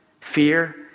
fear